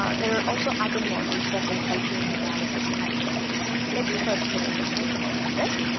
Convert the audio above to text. ah there are also other models, that will help you in the analysis activities let's first look at the stakeholder list.